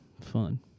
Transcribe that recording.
fun